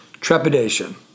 trepidation